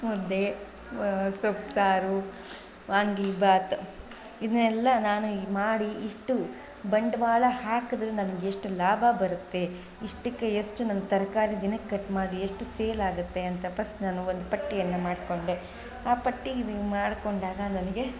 ಮುದ್ದೆ ಸೊಪ್ಪುಸಾರು ವಾಂಗೀಭಾತ್ ಇದನ್ನೆಲ್ಲ ನಾನು ಇಲ್ಲಿ ಮಾಡಿ ಇಷ್ಟು ಬಂಡವಾಳ ಹಾಕಿದ್ರೆ ನನಗೆಷ್ಟು ಲಾಭ ಬರುತ್ತೆ ಇಷ್ಟಕ್ಕೆ ಎಷ್ಟು ನನ್ಗೆ ತರಕಾರಿ ದಿನಕ್ಕೆ ಕಟ್ ಮಾಡಿ ಎಷ್ಟು ಸೇಲಾಗುತ್ತೆ ಅಂತ ಫಸ್ಟ್ ನಾನು ಒಂದು ಪಟ್ಟಿಯನ್ನು ಮಾಡಿಕೊಂಡೆ ಆ ಪಟ್ಟಿಗೆ ಇದು ಹಿಂಗೆ ಮಾಡಿಕೊಂಡಾಗ ನನಗೆ